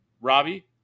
Robbie